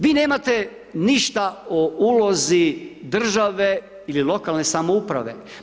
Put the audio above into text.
Vi nemate ništa o ulozi države ili lokalne samouprave.